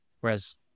Whereas